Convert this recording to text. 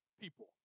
people